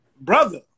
brother